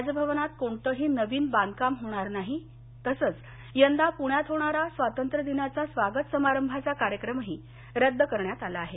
राजभवनात कोणतंही नवीन बांधकाम होणार नाही तसंच यंदा पुण्यात होणारा स्वातंत्र्यदिनाचा स्वागत समारंभाचा कार्यक्रमही रद्द केला आहे